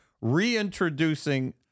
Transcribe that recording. reintroducing